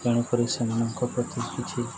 ତେଣୁକରି ସେମାନଙ୍କ ପ୍ରତି କିଛି